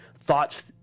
thoughts